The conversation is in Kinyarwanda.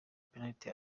penaliti